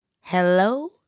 Hello